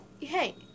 hey